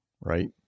right